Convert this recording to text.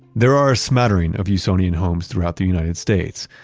there are a smattering of usonian homes throughout the united states,